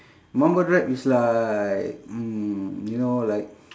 mumble rap is like mm you know like